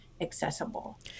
accessible